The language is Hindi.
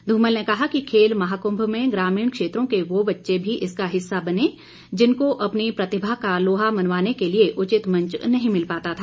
ध्रमल ने कहा कि खेल महाकुंभ में ग्रामीण क्षेत्रों के वह बच्चे भी इसका हिस्सा बने जिनको अपनी प्रतिभा का लोहा मनवाने के लिए उचित मंच नहीं मिल पाता था